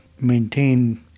maintain